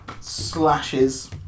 slashes